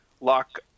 lock